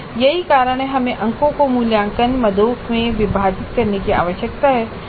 यही कारण है कि हमें अंकों को मूल्यांकन मदों में विभाजित करने की आवश्यकता है